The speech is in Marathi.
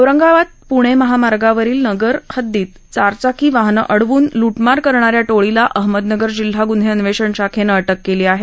औरंगाबाद पुणे महामार्गावरील नगर हद्दीत चारचाकी वाहनं अडवून लूटमार करणा या टोळीला अहमदनगर जिल्हा गुन्हे अन्वेषण शाखेनं अटक केली आहे